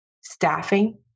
staffing